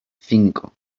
cinco